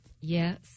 Yes